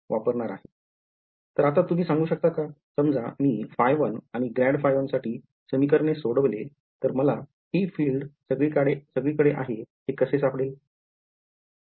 तर आता तुम्ही सांगू शकता का समजा मी ϕ1 आणि ∇ϕ1 साठी समीकरण सोडवले तर मला ही filed सगळीकडे आहे हे कसे सापडेल